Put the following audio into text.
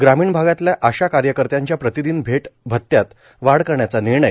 ग्रामीण भागातल्या आशा कार्यकर्त्यांच्या प्रतिदिन भेट भत्त्यात वाढ करण्याचा निर्णय